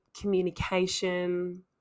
communication